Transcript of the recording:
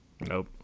Nope